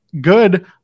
good